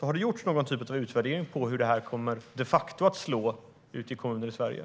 Har det gjorts någon utvärdering av hur det här de facto kommer att slå ute i Sveriges kommuner?